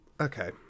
Okay